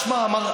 תשמע,